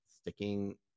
sticking